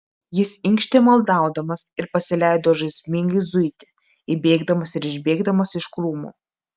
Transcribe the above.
jis inkštė maldaudamas ir pasileido žaismingai zuiti įbėgdamas ir išbėgdamas iš krūmų